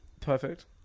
Perfect